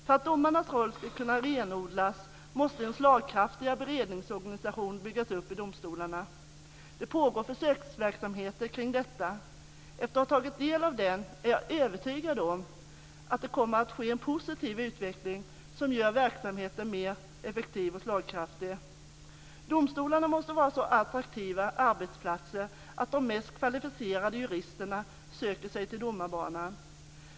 För att domarnas roll ska kunna renodlas måste en slagkraftigare beredningsorganisation byggas upp i domstolarna. Det pågår försöksverksamhet kring detta. Efter att ha tagit del av den är jag övertygad om att det kommer att ske en positiv utveckling som gör verksamheten mer effektiv och slagkraftig. Domstolarna måste vara så attraktiva arbetsplatser att de mest kvalificerade juristerna söker sig till domarbanan.